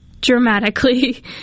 dramatically